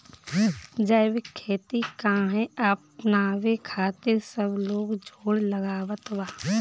जैविक खेती काहे अपनावे खातिर सब लोग जोड़ लगावत बा?